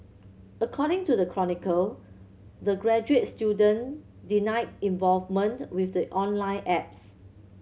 according to the Chronicle the graduate student denied involvement with the online ads